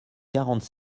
quarante